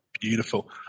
Beautiful